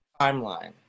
timeline